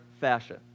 fashion